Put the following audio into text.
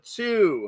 two